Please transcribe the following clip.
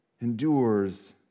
endures